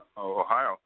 Ohio